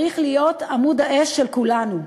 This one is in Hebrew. זה צריך להיות עמוד האש של כולנו.